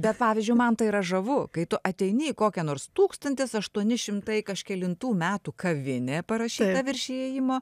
bet pavyzdžiui man tai yra žavu kai tu ateini į kokią nors tūkstantis aštuoni šimtai kažkelintų metų kavinė parašyta virš įėjimo